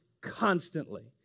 constantly